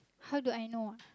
how do I know